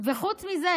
וחוץ מזה,